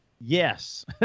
yes